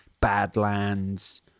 Badlands